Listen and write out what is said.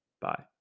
bye